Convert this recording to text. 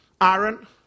Aaron